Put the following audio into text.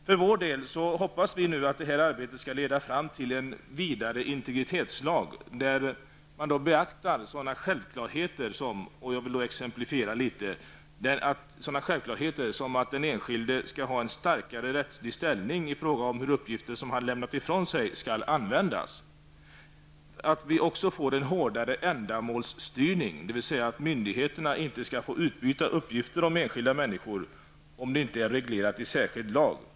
För vår del hoppas vi att arbetet skall leda fram till en vidare integritetslag, där sådana självklarheter -- jag vill exemplifiera litet -- beaktas som att den enskilde skall ha en starkare rättslig ställning i fråga om hur uppgifter som han har lämnat ifrån sig skall användas, att vi får en hårdare ändamålsstyrning, dvs. att myndigheterna inte skall få utbyta uppgifter om enskilda människor, om det inte är reglerat i särskild lag.